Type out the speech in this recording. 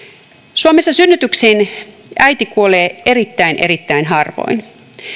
suomessa synnytyksiin äiti kuolee erittäin erittäin harvoin